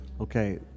Okay